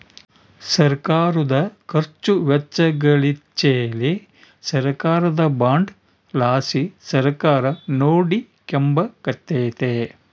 ಸರ್ಕಾರುದ ಖರ್ಚು ವೆಚ್ಚಗಳಿಚ್ಚೆಲಿ ಸರ್ಕಾರದ ಬಾಂಡ್ ಲಾಸಿ ಸರ್ಕಾರ ನೋಡಿಕೆಂಬಕತ್ತತೆ